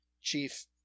Chief